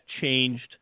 changed